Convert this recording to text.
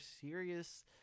serious